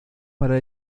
para